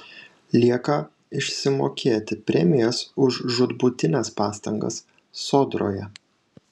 lieka išsimokėti premijas už žūtbūtines pastangas sodroje